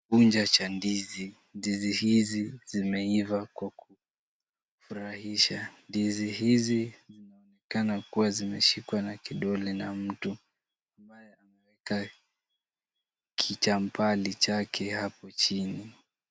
Kunja cha ndizi. Ndizi hizi zimeiva kwa kufurahisha. Ndizi hizi zinaonekana kuwa zimeshikwa na kidole na mtu ambaye ameweka kichampali chake hapo chini.